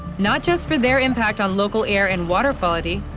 not just for their impact on local air and water quality.